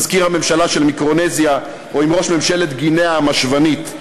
עם מזכיר הממשלה של מיקרונזיה או עם ראש ממשלת גינאה המשוונית,